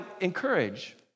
encourage